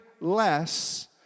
less